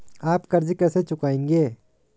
आप कर्ज कैसे चुकाएंगे?